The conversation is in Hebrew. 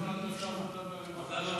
זה ועדת העבודה והרווחה.